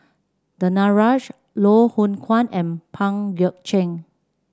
Danaraj Loh Hoong Kwan and Pang Guek Cheng